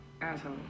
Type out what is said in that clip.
asshole